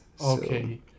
okay